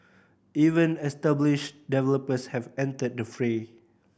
even established developers have entered the fray